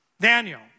Daniel